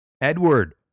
Edward